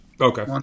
Okay